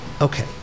Okay